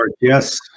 Yes